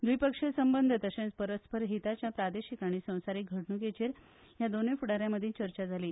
द्विपक्षीय संबंद तशेंच परस्पर हिताच्या प्रादेशीक आनी संवसारीक घडणुकेचेर दोनूय फुडाऱ्यां मदीं चर्चा जाली